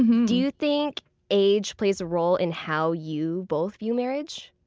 do you think age plays a role in how you both view marriage?